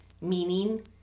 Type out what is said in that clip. meaning